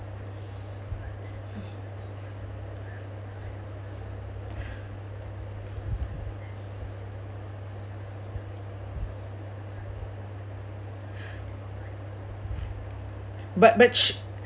but but sh~